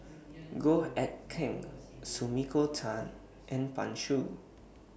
Goh Eck Kheng Sumiko Tan and Pan Shou